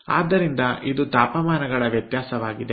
ಆದ್ದರಿಂದ ಇದು ತಾಪಮಾನಗಳ ವ್ಯತ್ಯಾಸವಾಗಿದೆ